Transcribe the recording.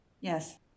Yes